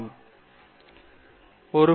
மேலும் மேம்படுத்தலாமா